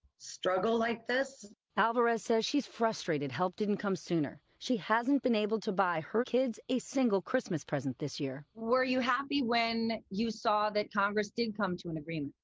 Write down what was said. struggle like this. reporter alvarez said she is frustrated help didn't come sooner. she hasn't been able to buy her kids a single christmas present this year. were you happy when you saw that congress did come to an agreement?